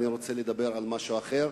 אני רוצה לדבר על משהו אחר,